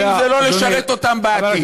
אם זה לא ישרת אותם בעתיד.